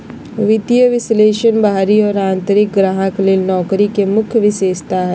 वित्तीय विश्लेषक बाहरी और आंतरिक ग्राहक ले नौकरी के मुख्य विशेषता हइ